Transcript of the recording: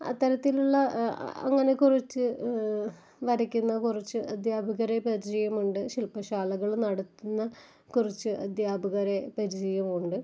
അത്തരത്തിലുള്ള അങ്ങനെ കുറിച്ച് വരയ്ക്കുന്ന കുറച്ച് അദ്ധ്യാപകരെ പരിചയമുണ്ട് ശില്പ്പശാലകള് നടത്തുന്ന കുറച്ച് അദ്ധ്യാപകരെ പരിചയമുണ്ട്